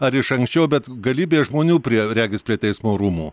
ar iš anksčiau bet galybė žmonių prie regis prie teismo rūmų